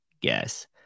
guess